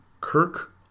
Kirk